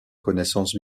connaissances